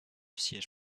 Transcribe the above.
siège